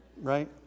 Right